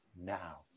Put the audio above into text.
now